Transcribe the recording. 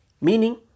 meaning